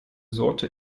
sorte